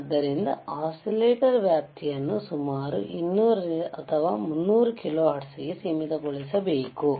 ಆದುದರಿಂದ ಒಸಿಲೇಟಾರ್ ವ್ಯಾಪ್ತಿಯನ್ನು ಸುಮಾರು 200 ಅಥವಾ 300 ಕಿಲೋಹರ್ಟ್ಜ್ ಗೆ ಸೀಮಿತಗೊಳಿಸಬೇಕು